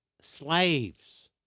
slaves